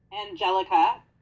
Angelica